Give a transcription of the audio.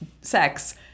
sex